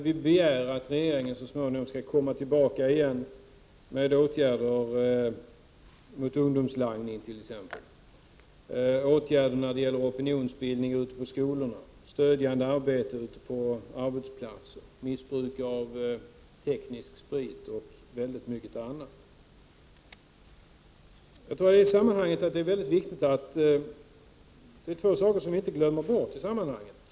Vi begär att regeringen så småningom skall föreslå åtgärder mot ungdomslangning 55 och åtgärder när det gäller opinionsbildning ute på skolorna, när det gäller stödjande arbete på arbetsplatser, när det gäller missbruk av teknisk sprit och mycket annat. Det är två saker som inte får glömmas bort i sammanhanget.